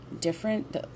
different